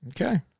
okay